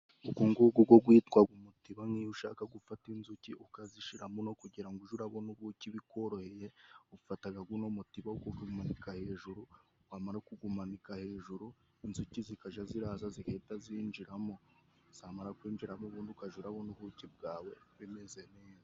Ugungugu go gwitwaga umutiba. Nk'iyo ushaka gufata inzuki ukazishira muno kugira ngo uje urabona ubuki bikworoheye, ufataga guno mutiba ugakumanika hejuru, wamara kugumanika hejuru, inzuki zikaja ziraza zigahita zinjiramo, zamara kwinjiramo ubundi ukaja urabona ubuki bwawe bimeze neza.